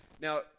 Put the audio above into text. Now